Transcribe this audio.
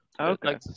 Okay